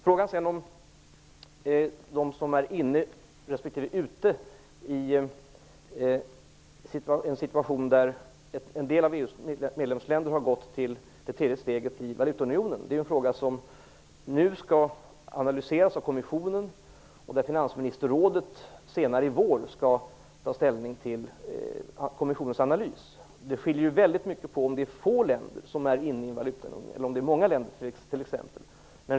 Frågan gällde sedan de länder som är inne respektive ute i en situation där en del av EU:s medlemsländer har gått till det tredje steget i valutaunionen. Det är en fråga som nu skall analyseras av kommissionen och där finansminsterrådet senare i vår skall ta ställning till kommissionens analys. Det skiljer väldigt mycket på om det är få länder som är inne i en valutaunion eller om det är många länder.